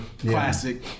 classic